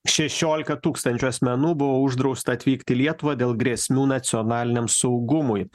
šešiolika tūkstančių asmenų buvo uždrausta atvykt į lietuvą dėl grėsmių nacionaliniam saugumui